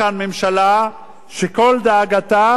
שכל דאגתה איך היא תשרוד.